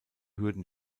hürden